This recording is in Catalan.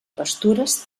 pastures